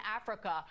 africa